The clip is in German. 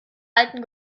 alten